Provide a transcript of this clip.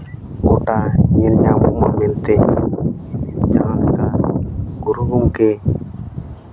ᱜᱚᱴᱟ ᱧᱮᱞ ᱧᱟᱢᱚᱜᱼᱢᱟ ᱢᱮᱱᱛᱮ ᱡᱟᱦᱟᱸ ᱞᱮᱠᱟ ᱜᱩᱨᱩ ᱜᱚᱢᱠᱮ